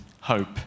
hope